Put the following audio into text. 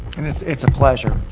and it's it's a pleasure.